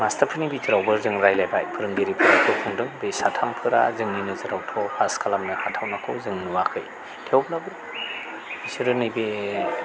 मास्टारफोरनि भिथोरावबो जों रायज्लायबाय फोरोंगिरिफोरखौ बुंदों बे साथामफोरा जोंनि नोजोरावथ' पास खालामनो हाथावनाखौ जों नुवाखै थेवब्लाबो बिसोरो नैबे